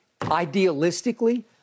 idealistically